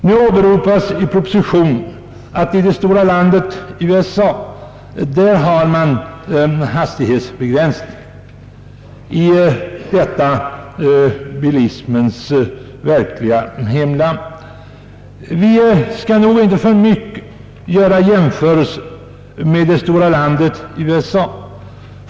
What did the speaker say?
Nu åberopas i propositionen, att man i det stora landet USA, bilismens verkliga hemland, har hastighetsbegränsning. Vi skall nog inte för mycket göra jämförelser med det stora landet USA.